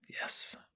Yes